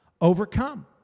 Overcome